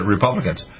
Republicans